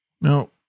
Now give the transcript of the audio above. Now